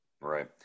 Right